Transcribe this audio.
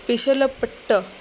पिशलपट्ट